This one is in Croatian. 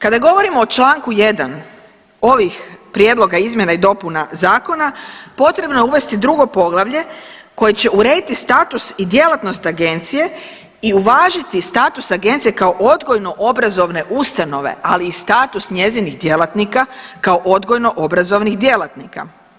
Kada govorimo o čl. 1. ovih prijedloga izmjena i dopuna zakona, potrebno je uvesti drugo poglavlje koje će urediti status i djelatnost agencije i uvažiti status agencije kao odgojno-obrazovne ustanove, ali i status njezinih djelatnika kao odgojno-obrazovnih djelatnika.